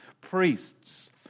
priests